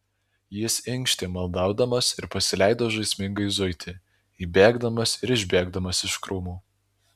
jis inkštė maldaudamas ir pasileido žaismingai zuiti įbėgdamas ir išbėgdamas iš krūmų